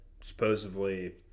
supposedly